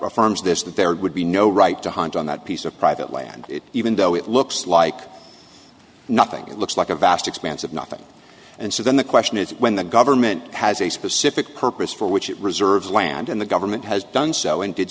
affirms this that there would be no right to hunt on that piece of private land even though it looks like nothing it looks like a vast expanse of nothing and so then the question is when the government has a specific purpose for which it reserves land and the government has done so and did